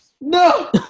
no